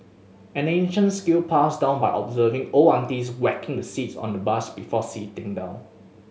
an ancient skill passed down by observing old aunties whacking the seats on the bus before sitting down